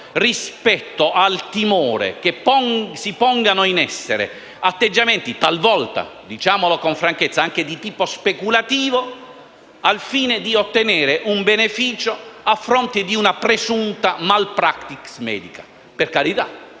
rispetto al timore che si pongano in essere atteggiamenti talvolta - diciamolo con franchezza - anche di tipo speculativo, al fine di ottenere un beneficio a fronte di una presunta *malpractice* medica. Per carità,